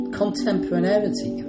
contemporaneity